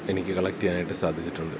എനിക്ക് കളക്ട് ചെയ്യാനായിട്ട് സാധിച്ചിട്ടുണ്ട്